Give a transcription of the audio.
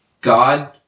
God